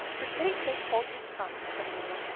for pity's sake hold your tongue, said marilla.